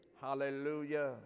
Hallelujah